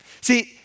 See